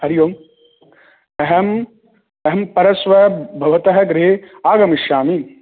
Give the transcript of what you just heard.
हरि ओम् अहम् अहं परश्वः भवतः गृहे आगमिष्यामि